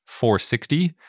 460